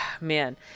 man